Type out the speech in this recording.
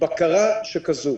בקרה שכזו.